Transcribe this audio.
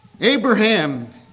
Abraham